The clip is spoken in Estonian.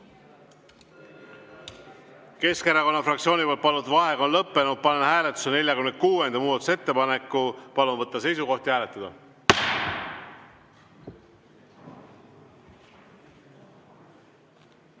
Keskerakonna fraktsiooni palutud vaheaeg on lõppenud. Panen hääletusele 59. muudatusettepaneku. Palun võtta seisukoht ja hääletada!